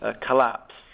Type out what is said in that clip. collapse